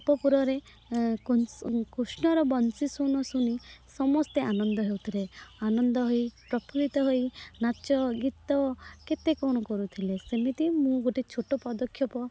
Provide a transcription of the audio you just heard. ଗୋପପୁରରେ କଂସ କୃଷ୍ଣର ବଂଶୀ ସ୍ୱନ ଶୁଣି ସମସ୍ତେ ଆନନ୍ଦ ହେଉଥିଲେ ଆନନ୍ଦ ହୋଇ ପ୍ରଫୁଲ୍ଲିତ ହୋଇ ନାଚ ଗୀତ କେତେ କ'ଣ କରୁଥିଲେ ସେମିତି ମୁଁ ଗୋଟେ ଛୋଟ ପଦକ୍ଷେପ